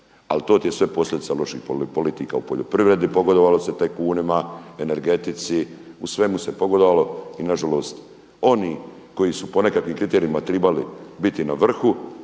Ali to ti je sve posljedica loših politika u poljoprivredi, pogodovalo se tajkunima, energetici u svemu se pogodovalo i nažalost oni koji su po nekim kriterijima trebali biti na vrhu